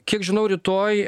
kiek žinau rytoj